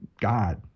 God